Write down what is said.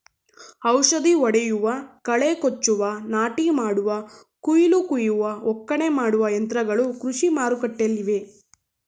ಔಷಧಿ ಹೊಡೆಯುವ, ಕಳೆ ಕೊಚ್ಚುವ, ನಾಟಿ ಮಾಡುವ, ಕುಯಿಲು ಕುಯ್ಯುವ, ಒಕ್ಕಣೆ ಮಾಡುವ ಯಂತ್ರಗಳು ಕೃಷಿ ಮಾರುಕಟ್ಟೆಲ್ಲಿವೆ